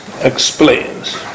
explains